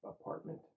apartment